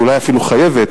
ואולי אפילו חייבת,